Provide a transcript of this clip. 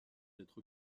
d’être